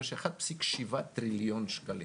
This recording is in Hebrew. יש 1.7 טריליון שקלים.